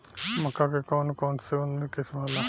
मक्का के कौन कौनसे उन्नत किस्म होला?